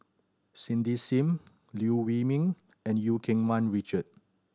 Cindy Sim Liew Wee Mee and Eu Keng Mun Richard